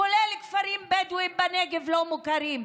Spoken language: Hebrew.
כולל בכפרים הבדואיים הלא-מוכרים בנגב,